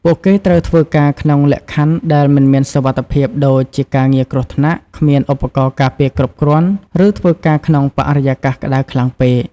ពួកគេត្រូវធ្វើការក្នុងលក្ខខណ្ឌដែលមិនមានសុវត្ថិភាពដូចជាការងារគ្រោះថ្នាក់ គ្មានឧបករណ៍ការពារគ្រប់គ្រាន់ ឬធ្វើការក្នុងបរិយាកាសក្ដៅខ្លាំងពេក។